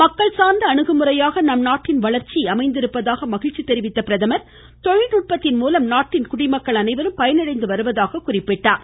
மக்கள் சார்ந்த அணுகுமுறையாக நம்நாட்டின் வளர்ச்சி அமைந்துள்ளதாக மகிழ்ச்சி தெரிவித்த அவர் தொழில் நுட்பத்தின் மூலம் நாட்டின் குடிமக்கள் அனைவரும் பயனடைந்து வருவதாக குறிப்பிட்டார்